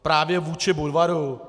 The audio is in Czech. Právě vůči Budvaru?